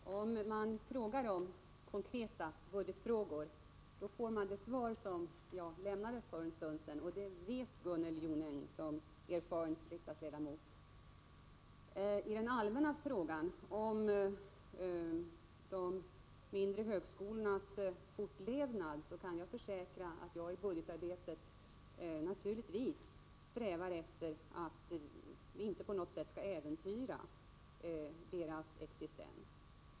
Herr talman! När man frågar om konkreta budgetfrågor får man det svar som jag lämnade för en stund sedan. Det vet Gunnel Jonäng som erfaren riksdagsledamot. Beträffande den allmänna frågan om de mindre högskolornas fortlevnad kan jag försäkra att jag i budgetarbetet naturligtvis strävar efter att inte på något sätt äventyra deras existens.